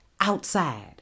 outside